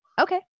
Okay